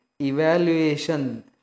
evaluation